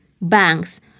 banks